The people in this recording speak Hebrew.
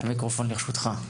המיקרופון לרשותך.